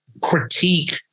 critique